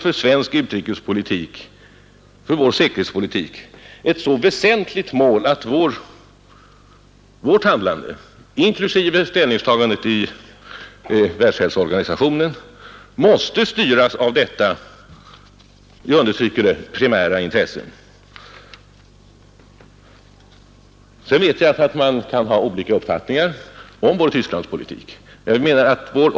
Fullföljandet av denna politik är också för svensk utrikespolitik ett så väsentligt mål, att vårt handlande inklusive ställningstagandet i Världshälsoorganisationen måste styras av detta — jag understryker det — primära intresse. Vi har ansett och anser att ett svenskt erkännande av DDR i det läge som råder skulle innebära risker att störa den utveckling som vi eftersträvar.